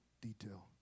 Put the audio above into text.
detail